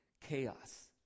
chaos